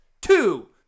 two